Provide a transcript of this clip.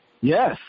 Yes